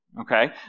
okay